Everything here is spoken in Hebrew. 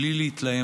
בלי להתלהם,